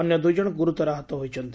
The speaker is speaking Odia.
ଅନ୍ୟ ଦୁଇଜଶ ଗୁରୁତର ଆହତ ହୋଇଛନ୍ତି